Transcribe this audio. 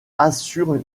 assurent